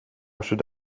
should